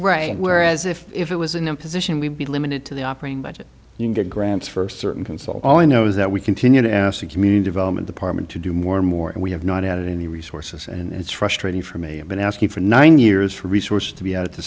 right whereas if if it was an imposition we'd be limited to the operating budget you get grants for certain consult all i know is that we continue to ask the community development department to do more and more and we have not had any resources and it's frustrating for me i've been asking for nine years for resource to be out